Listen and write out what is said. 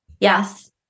Yes